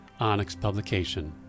onyxpublication